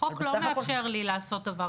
החוק לא מאשר לי לעשות דבר כזה.